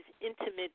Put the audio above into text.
intimate